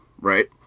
right